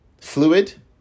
fluid